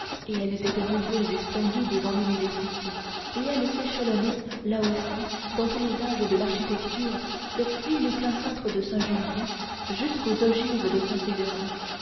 et elles étaient nombreuses et splendides dans l'université et elles s'échelonnaient là aussi dans tous les âges de l'architecture depuis les pleins cintres de saint julien jusqu'aux ogives de saint séverin